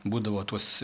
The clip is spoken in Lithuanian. būdavo tuos